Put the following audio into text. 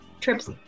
Trips